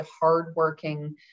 hardworking